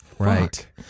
Right